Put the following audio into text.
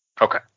okay